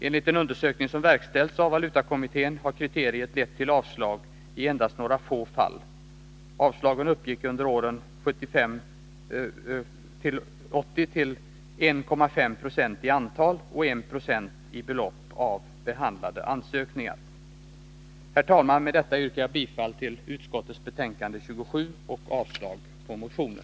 Enligt en undersökning som verkställts av valutakommittén har kriteriet lett till avslag i endast några få fall. Avslagen uppgick under åren 1975-1980 till 1,5 96 i antal och 1 90 i belopp av behandlade ansökningar. Herr talman! Med detta yrkar jag bifall till utskottets hemställan i betänkande 27 och avslag på motionen.